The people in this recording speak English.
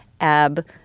ab